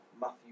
Matthew